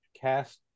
Cast